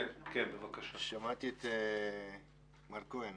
שמעתי את מר כהן